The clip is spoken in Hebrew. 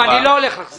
אני לא הולך לחזור אחורה.